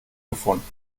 gefunden